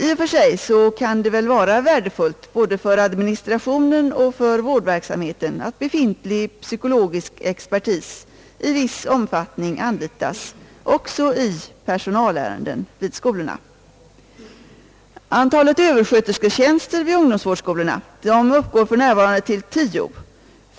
I och för sig kan det vara värdefullt både för administrationen och för vårdverksamheten att befintlig psykologisk expertis i viss omfattning anlitas också i personalärenden vid skolorna. Antalet överskötersketjänster vid ungdomsvårdsskolorna uppgår för närvarande till 10.